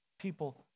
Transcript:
People